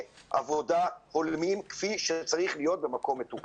עבודה הולמים כפי שצריך להיות במקום מתוקן.